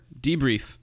Debrief